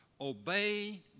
obey